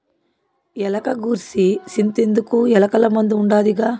ఎలక గూర్సి సింతెందుకు, ఎలకల మందు ఉండాదిగా